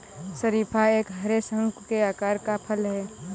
शरीफा एक हरे, शंकु के आकार का फल है